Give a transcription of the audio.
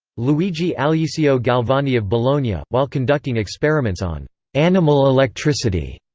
luigi alyisio galvani of bologna, ah while conducting experiments on animal electricity,